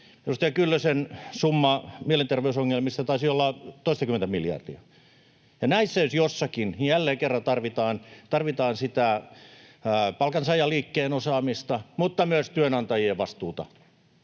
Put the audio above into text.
Kyllösen summa mielenterveysongelmissa taisi olla toistakymmentä miljardia, [Merja Kyllönen: Kyllä!] ja näissä jos jossakin jälleen kerran tarvitaan sitä palkansaajaliikkeen osaamista mutta myös työnantajien vastuuta